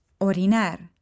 Orinar